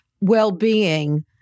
well-being